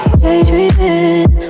daydreaming